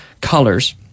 colors